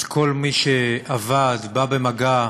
אז כל מי שעבד, בא במגע,